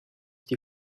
die